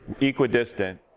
equidistant